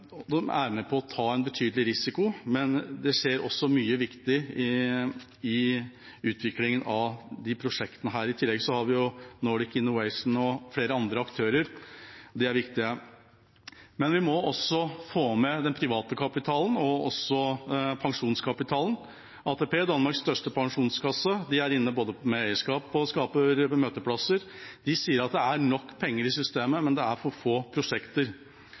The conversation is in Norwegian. De er med på å ta en betydelig risiko, men det skjer også mye viktig i utviklingen av disse prosjektene. I tillegg har vi Nordic Innovation og flere andre aktører. De er viktige. Men vi må også få med den private kapitalen og pensjonskapitalen. ATP, Danmarks største pensjonskasse, er inne både med eierskap og med å skape møteplasser. De sier at det er nok penger i systemet, men for få prosjekter. Derfor er denne nordiske røsten veldig viktig. Det nordiske samarbeidet er viktig for å få